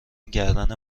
گردن